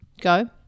Go